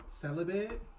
celibate